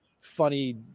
funny